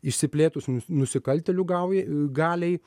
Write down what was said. išsiplėtus nu nusikaltėlių gaujai galiai